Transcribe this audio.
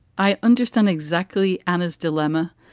i understand exactly anna's dilemma,